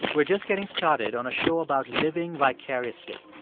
we're just getting started on a show about living vicariously,